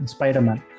Spider-Man